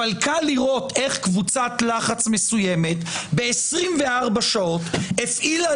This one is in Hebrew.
אבל קל לראות איך קבוצת לחץ מסוימת ב-24 שעות הפעילה